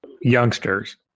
youngsters